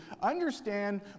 understand